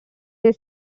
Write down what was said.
his